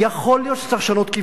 יכול להיות שצריך לשנות כיוון.